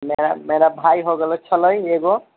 मेरा भाइ होयगेले छलए एकगो